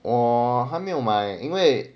orh 还没有买因为